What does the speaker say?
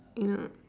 you know